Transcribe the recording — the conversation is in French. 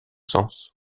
sens